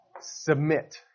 Submit